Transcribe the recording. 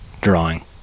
drawing